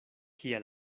kia